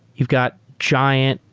you've got giant,